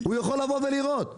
הוא יכול לבוא לראות.